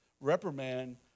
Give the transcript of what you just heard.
reprimand